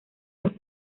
los